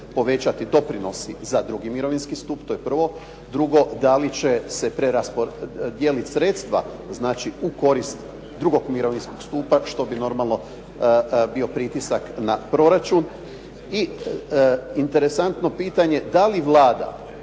povećati doprinosi za drugi mirovinski stup, to je prvo? Drugo, da li će se preraspodijeliti sredstva, znači u korist drugog mirovinskog stupa, što bi normalno bio pritisak na proračun? I interesantno pitanje, da li Vlada